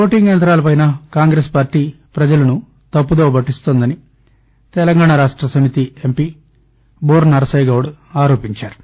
voting యంతాలపైన Congress party పజలను తప్పు దోవ పట్టిస్తోందని తెలంగాణ రాష్ట సమితి ఎంపి బూర నర్సయ్యగౌడ్ ఆరోపించారు